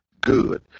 good